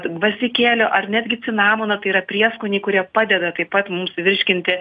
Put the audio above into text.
gvazdikėlių ar netgi cinamono tai yra prieskoniai kurie padeda taip pat mums virškinti